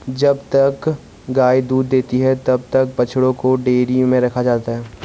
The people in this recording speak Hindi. जब तक गाय दूध देती है तब तक बछड़ों को डेयरी में रखा जाता है